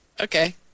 Okay